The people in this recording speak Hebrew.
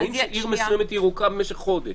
רואים שעיר מסוימת ירוקה במשך חודש,